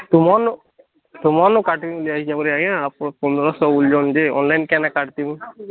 ତୁମୋନ୍ ତୁମୋନ୍ ପାଟି ଯାଇଛି ଆମର ଆଜ୍ଞା ଆପଣ ପନ୍ଦରଶହ ଜଣକେ ଅନ୍ଲାଇନ୍ କେନା କାଟିବୁଁ